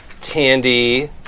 Tandy